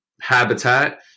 habitat